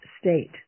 state